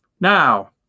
now